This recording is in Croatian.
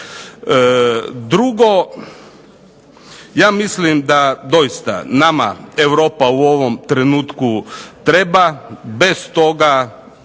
Drugo, ja mislim da doista Europa nama u ovom trenutku treba. Bez toga